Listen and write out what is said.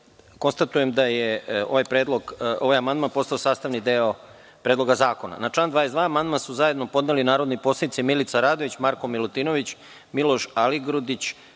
Konstatujem da je ovaj amandman postao sastavni deo Predloga zakona. Na član 32. amandman su zajedno podneli narodni poslanici Milica Radović, Marko Milutinović, Miloš Aligrudić,